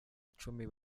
icumi